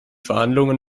verhandlungen